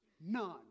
None